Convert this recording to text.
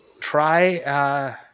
try –